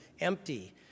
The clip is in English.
empty